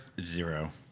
Zero